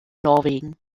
norwegen